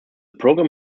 program